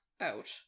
out